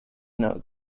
know